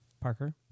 Parker